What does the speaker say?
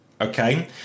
Okay